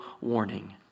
warning